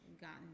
gotten